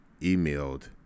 emailed